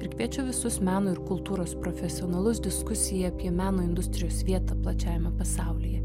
ir kviečia visus meno ir kultūros profesionalus diskusijai apie meno industrijos vietą plačiajame pasaulyje